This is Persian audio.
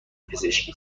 پزشکی